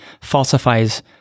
falsifies